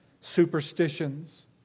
superstitions